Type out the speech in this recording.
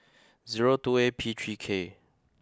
zero two A P three K